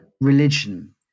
religion